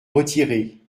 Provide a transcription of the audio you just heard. retiré